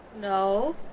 no